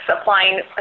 applying